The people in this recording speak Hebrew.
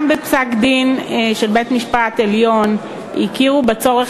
גם בפסק-דין של בית-המשפט העליון הכירו בצורך